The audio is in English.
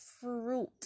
fruit